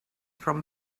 from